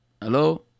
hello